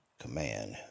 command